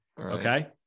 Okay